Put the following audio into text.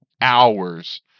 hours